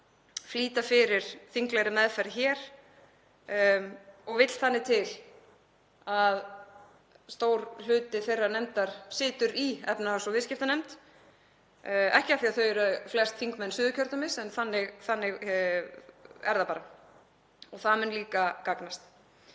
flýta fyrir þinglegri meðferð hér. Það vill þannig til að stór hluti þeirrar nefndar situr í efnahags- og viðskiptanefnd, ekki af því að þau eru flest þingmenn Suðurkjördæmis en þannig er það bara. Það mun líka gagnast.